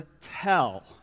tell